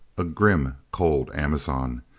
a grim, cold amazon.